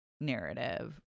narrative